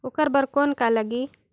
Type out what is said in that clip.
ओकर बर कौन का लगी?